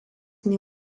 nei